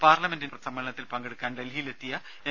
പാർലമെന്റിന്റെ സമ്മേളനത്തിൽ പങ്കെടുക്കാൻ ഡൽഹിയിൽ എത്തിയ എൻ